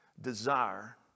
desire